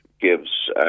gives